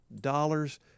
dollars